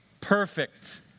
perfect